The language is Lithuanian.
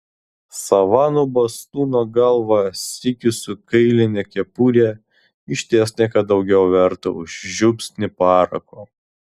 savanų bastūno galva sykiu su kailine kepure išties ne ką daugiau verta už žiupsnį parako